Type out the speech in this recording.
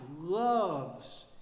loves